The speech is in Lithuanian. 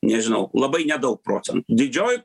nežinau labai nedaug procentų didžioji